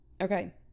Okay